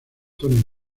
tony